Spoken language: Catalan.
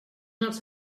els